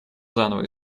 заново